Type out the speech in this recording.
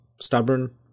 stubborn